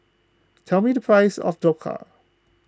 tell me the price of Dhokla